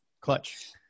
clutch